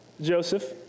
Joseph